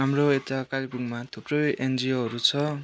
हाम्रो यता कालिम्पोङमा थुप्रै एनजिओहरू छ